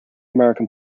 american